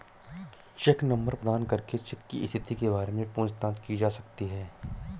check number प्रदान करके cheque की स्थिति के बारे में पूछताछ की जा सकती है